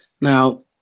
now